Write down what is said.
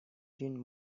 jean